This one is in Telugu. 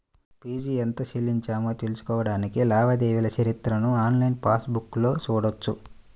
ఫీజు ఎంత చెల్లించామో తెలుసుకోడానికి లావాదేవీల చరిత్రను ఆన్లైన్ పాస్ బుక్లో చూడొచ్చు